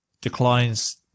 declines